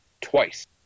twice